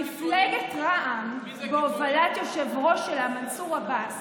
מפלגת רע"מ בהובלת היושב-ראש שלה מנסור עבאס,